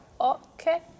Okay